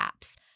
apps